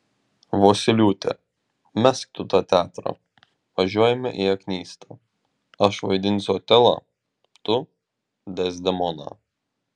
vosyliūte mesk tu tą teatrą važiuojame į aknystą aš vaidinsiu otelą tu dezdemoną